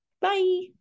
Bye